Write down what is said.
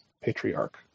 patriarch